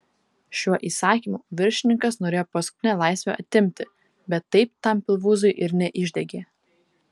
šiuo įsakymu viršininkas norėjo paskutinę laisvę atimti bet taip tam pilvūzui ir neišdegė